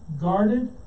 guarded